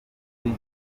kuri